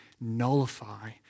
nullify